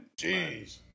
Jeez